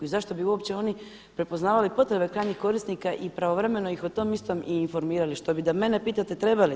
I zašto bi uopće oni prepoznavali potrebe krajnjih korisnika i pravovremeno ih o tom istom i informirali, što bi da mene pitati trebali.